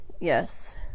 Yes